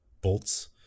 bolts